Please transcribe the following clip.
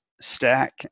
stack